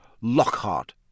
Lockhart